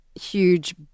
huge